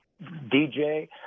DJ